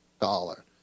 dollar